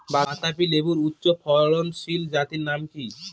বাতাবি লেবুর উচ্চ ফলনশীল জাতের নাম কি?